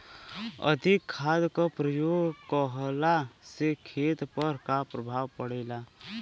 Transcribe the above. अधिक खाद क प्रयोग कहला से खेती पर का प्रभाव पड़ेला?